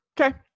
Okay